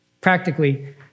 practically